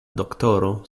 doktoro